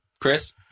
Chris